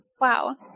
wow